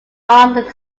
armed